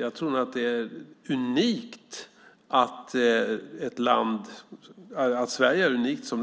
Jag tror att Sverige är unikt